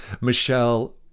Michelle